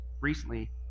recently